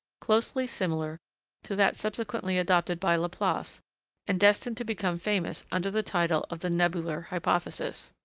closely similar to that subsequently adopted by laplace and destined to become famous under the title of the nebular hypothesis